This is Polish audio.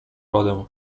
radę